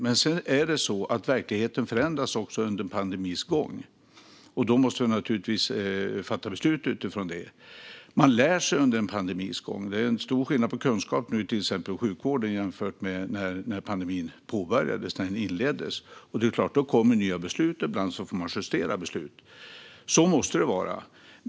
Men sedan förändras verkligheten under en pandemis gång, och då måste vi naturligtvis fatta beslut utifrån detta. Man lär sig under en pandemis gång. Det är en stor skillnad på kunskap nu i till exempel sjukvården mot när pandemin började. Det är klart att då kommer det nya beslut och att man ibland får justera beslut. Så måste det vara.